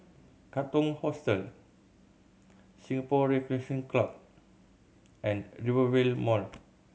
Katong Hostel Singapore Recreation Club and Rivervale Mall